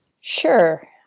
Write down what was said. Sure